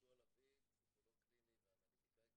יהושע לביא, פסיכולוג קליני ואנליטיקאי קבוצתי,